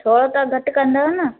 थोरो त घटि कंदव न